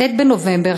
כ"ט בנובמבר,